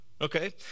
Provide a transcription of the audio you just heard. Okay